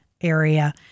area